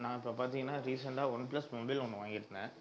நான் இப்போது பார்த்திங்கன்னா ரீசெண்ட்டா ஒன் ப்ளஸ் மொபைல் ஒன்று வாங்கியிருந்தேன்